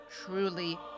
truly